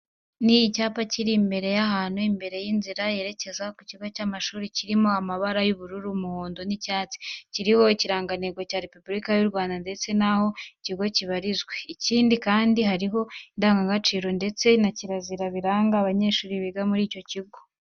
Ni icyapa kiri ahantu imbere ku nzira yerekeza ku kigo cy'amashuri, kiri mu mabara y'ubururu, umuhondo n'icyatsi. Kiriho Ikirangantego cya Repubulika y'u Rwanda ndetse n'aho icyo kigo kibarizwa. Ikindi kandi, hariho indangagaciro ndetse na kirazira biranga abanyeshuri biga muri icyo kigo.